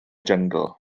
jyngl